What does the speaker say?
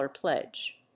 pledge